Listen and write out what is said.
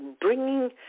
bringing